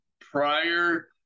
prior